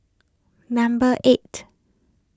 number eight